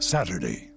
Saturday